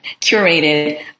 curated